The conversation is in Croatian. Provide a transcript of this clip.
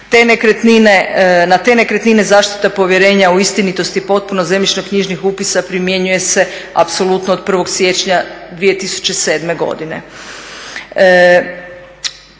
Na te nekretnine zaštita povjerenja u istinitost i potpunost zemljišno knjižnih upisa primjenjuje se apsolutno od 1. siječnja 2007. godine.